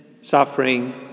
suffering